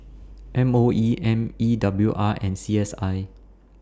M O E M E W R and C S I